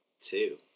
Two